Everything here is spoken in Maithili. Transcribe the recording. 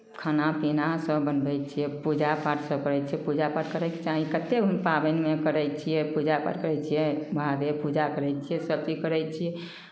खाना पीना सभ बनबै छियै पूजा पाठ सभ करै छियै पूजा पाठ करयके चाही कतेक हम पाबनिमे करै छियै पूजा पाठ करै छियै महादेव पूजा करै छियै सभचीज करै छियै